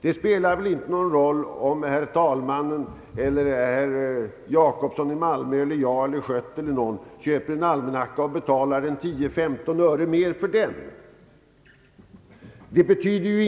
Det spelar väl ingen som helst roll om herr talmannen, herr Jacobsson i Malmö, herr Schött eller jag, då vi köper en almanacka, får betala 10—15 öre mer för den.